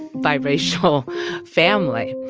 biracial family.